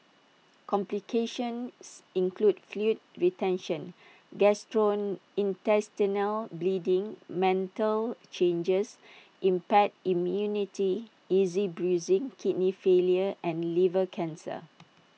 complications include fluid retention gastrointestinal bleeding mental changes impaired immunity easy bruising kidney failure and liver cancer